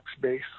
base